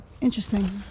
Interesting